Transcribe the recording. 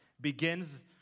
begins